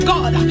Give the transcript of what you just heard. God